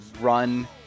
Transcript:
run